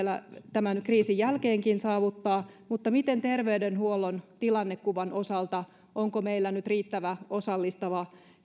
tämän kriisin jälkeenkin saavuttaa mutta miten on terveydenhuollon tilannekuvan osalta onko meillä nyt riittävä osallistava